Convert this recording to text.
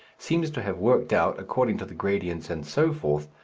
seems to have worked out, according to the gradients and so forth,